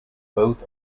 both